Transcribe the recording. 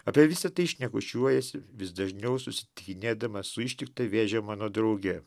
apie visa tai šnekučiuojasi vis dažniau susitikinėdamas su ištikta vėžio mano drauge